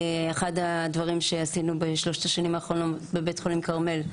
אחד הדברים שעשינו בשלושת השנים האחרונות בבית חולים כרמל,